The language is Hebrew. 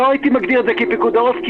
לא הייתי מגדיר את זה כפיקוד העורף,